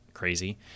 crazy